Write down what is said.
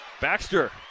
Baxter